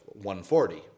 140